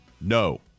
No